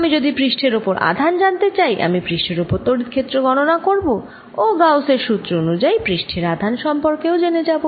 আমি যদি পৃষ্ঠের ওপর আধান জানতে চাই আমি পৃষ্ঠের ওপর তড়িৎ ক্ষেত্র গণনা করব ও গাউস এর সুত্র অনুযায়ী পৃষ্ঠের আধান সম্পর্কে জেনে যাব